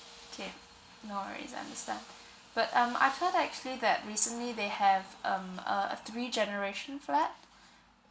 okay no alright it's I understand but um I've heard actually that recently they have um a a three generation flat